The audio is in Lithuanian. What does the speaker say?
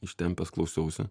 ištempęs klausiausi